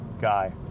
guy